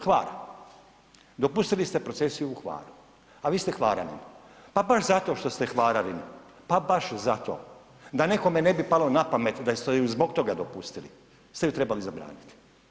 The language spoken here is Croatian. Hvar, dopustili ste procesiju u Hvaru, a vi ste Hvaranin, pa baš zato što ste Hvaranin pa baš zato da nekome ne bi palo na pamet da ste ju zbog toga dopustili ste ju trebali zabraniti.